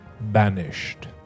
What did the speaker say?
banished